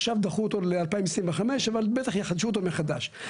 עכשיו דחו אותו ל-2025 אבל בטח יחדשו אותו מחדש.